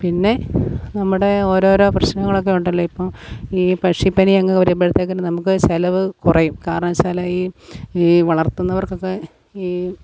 പിന്നെ നമ്മുടെ ഓരോരോ പ്രശ്നങ്ങളൊക്കെ ഉണ്ടല്ലോ ഇപ്പം ഈ പക്ഷിപ്പനി അങ്ങ് വരുമ്പോഴത്തേക്കിനും നമുക്ക് ചിലവ് കുറയും കാരണം വെച്ചാൽ ഈ ഈ വളർത്തുന്നവർക്കൊക്കെ ഈ